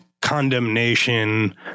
condemnation